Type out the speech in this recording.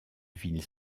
ville